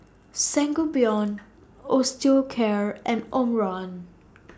Sangobion Osteocare and Omron